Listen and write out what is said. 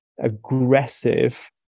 aggressive